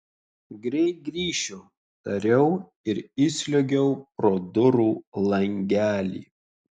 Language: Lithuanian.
greit grįšiu tariau ir įsliuogiau pro durų langelį